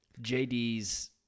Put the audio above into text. JD's